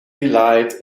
delight